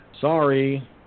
Sorry